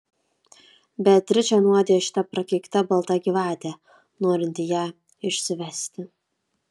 beatričę nuodija šita prakeikta balta gyvatė norinti ją išsivesti